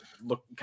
look